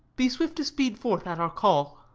be swift to speed forth at our call.